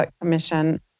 Commission